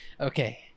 Okay